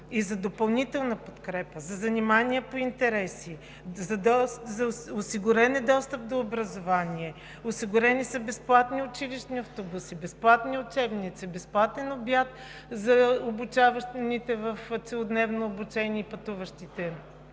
и за допълнителна подкрепа, за занимания по интереси. Осигурен е достъп до образование – осигурени са безплатни училищни автобуси, безплатни учебници, безплатен обяд за обучаваните в целодневно обучение и пътуващите